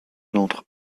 d’entre